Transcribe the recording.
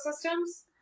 systems